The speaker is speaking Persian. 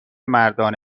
مردان